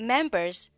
Members